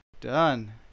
done